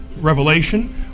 Revelation